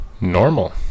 normal